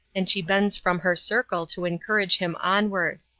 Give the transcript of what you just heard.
and she bends from her circle to encourage him onward.